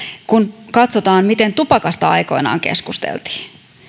kun katsotaan miten tupakasta aikoinaan keskusteltiin